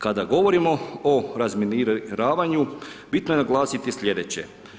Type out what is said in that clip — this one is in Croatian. Kada govorimo o razminiravanju, bitno je naglasiti slijedeće.